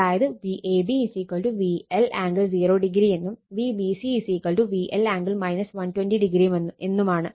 അതായത് Vab VL angle 0o എന്നും Vbc VL angle 120o എന്നുമാണ്